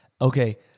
Okay